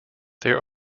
there